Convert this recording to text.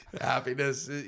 Happiness